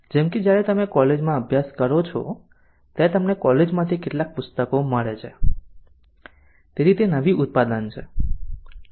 જેમ કે જ્યારે તમે કોલેજમાં અભ્યાસ કરો છો ત્યારે તમને કોલેજમાંથી કેટલાક પુસ્તકો મળે છે તેથી તે નવી ઉત્પાદન છે